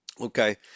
okay